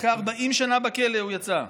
אחרי 40 שנה בכלא הוא יצא.